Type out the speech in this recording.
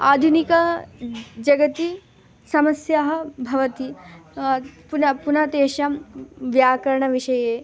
आधुनिक जगति समस्याः भवन्ति पुनः पुनः तेषां व्याकरणविषये